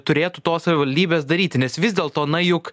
turėtų tos savivaldybės daryti nes vis dėlto na juk